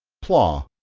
plaw.